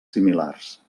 similars